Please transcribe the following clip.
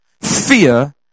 Fear